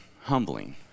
humbling